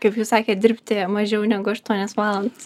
kaip jūs sakėt dirbti mažiau negu aštuonias valandas